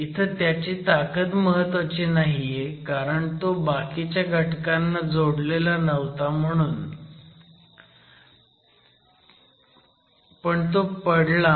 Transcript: इथं त्याची ताकद महत्वाची नाहीये कारण तो बाकीच्या घटकांना जोडलेला नव्हता म्हणून पडला